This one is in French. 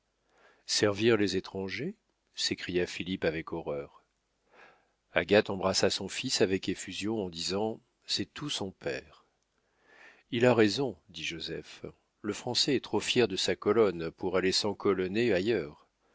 les étrangers s'écria philippe avec horreur agathe embrassa son fils avec effusion en disant c'est tout son père il a raison dit joseph le français est trop fier de sa colonne pour aller s'encolonner ailleurs